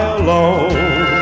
alone